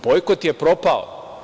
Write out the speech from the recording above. Bojkot je propao.